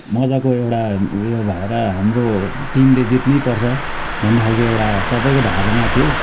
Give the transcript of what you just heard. मजाको एउटा ऊ यो भएर हाम्रो टिमले जित्नै पर्छ भन्ने खालको एउटा सबैको धारणा थियो